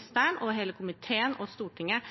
statsråden, hele komiteen og Stortinget